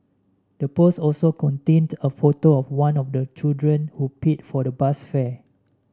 the post also contained a photo of one of the children who paid for the bus fare